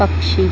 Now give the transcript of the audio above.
पक्षी